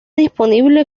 disponible